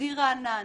עדי רענן,